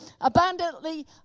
abundantly